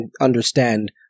understand